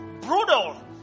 brutal